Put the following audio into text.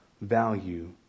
value